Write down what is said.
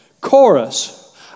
chorus